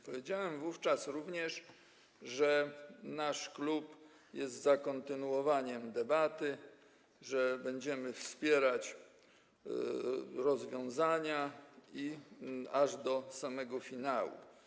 Powiedziałem wówczas również, że nasz klub jest za kontynuowaniem debaty, że będziemy wspierać rozwiązania aż do samego finału.